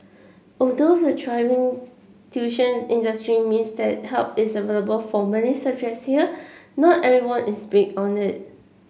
although the thriving tuition industry means that help is available for many subjects here not everyone is being on it